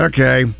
Okay